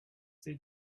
they